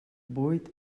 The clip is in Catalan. buit